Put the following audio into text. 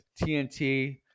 TNT